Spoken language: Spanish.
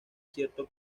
cierto